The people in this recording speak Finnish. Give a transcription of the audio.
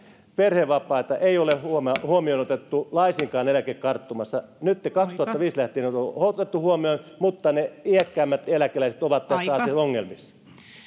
perhevapaita ei ole huomioon huomioon otettu laisinkaan eläkekarttumassa nyt ne kaksituhattaviisi lähtien on otettu huomioon mutta ne iäkkäimmät eläkeläiset ovat tässä asiassa ongelmissa